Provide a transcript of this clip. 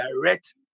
direct